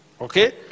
okay